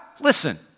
Listen